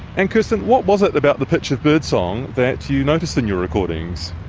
and kirsten, what was it about the pitch of birdsong that you noticed in your recordings?